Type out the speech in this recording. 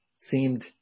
seemed